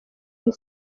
iri